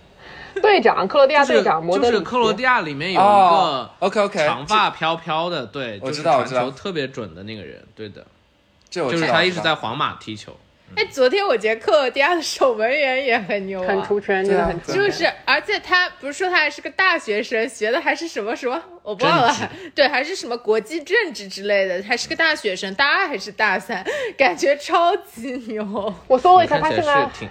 队长，克罗地亚队长， 就是- 就是莫德里奇。克罗地亚里面有哦，一个OK，OK，这-长发飘飘的，对，我知道，就是我知道。传球特别准的那个人，对的。这我知道，就是他一直我知道。在皇马踢球，嗯。 哎， 昨天我觉得克罗地亚的守门员也很牛啊。 很出圈，真的对啊，很出圈。对。就是，而且他不是说他还是个大学生，学的还是什么- 什么，我忘了，政治。对，还是什么国际政治之类的，还是个嗯。大学生，大二还是大三，感觉超级牛。 我搜了一下，他看起来现在是挺